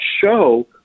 show